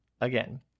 again